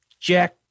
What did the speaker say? Jack